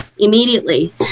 immediately